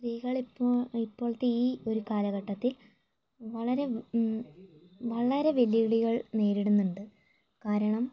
സ്ത്രീകൾ ഇപ്പോൾ ഇപ്പോഴത്തെ ഈ ഒരു കാലഘട്ടത്തിൽ വളരെ വളരെ വെല്ലുവിളികൾ വരുന്നുണ്ട് കാരണം